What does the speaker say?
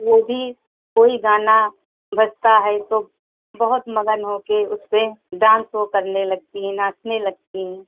वो भी कोई गाना बजता है तो बहुत मगन होके उस पर डान्स वो करने लगती हैं नाचने लगती हैं